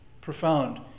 profound